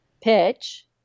pitch